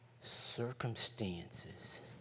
Circumstances